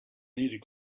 needed